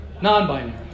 Non-binary